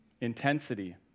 intensity